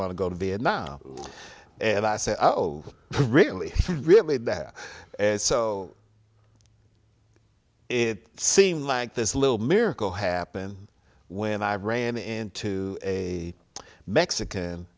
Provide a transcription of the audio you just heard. want to go to vietnam and i said oh really really and so it seemed like this little miracle happen when i ran into a mexican